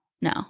no